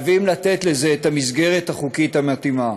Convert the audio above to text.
חייבים לתת לזה את המסגרת החוקית המתאימה.